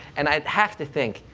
and i have to think,